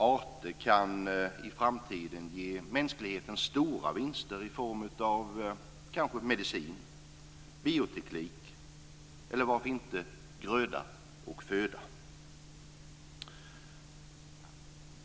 Arter kan i framtiden ge mänskligheten stora vinster i form av medicin, bioteknik eller, varför inte, gröda och föda.